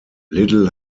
little